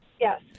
Yes